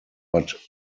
but